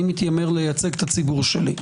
אני מתיימר לייצג את הציבור שלי.